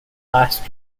last